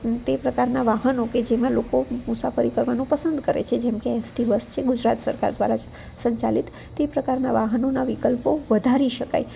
તે પ્રકારના વાહનો કે જેમાં લોકો મુસાફરી કરવાનો પસંદ કરે છે જેમ કે એસટી બસ છે ગુજરાત સરકાર દ્વારા સંચાલીત તે પ્રકારના વાહનોના વિકલ્પો વધારી શકાય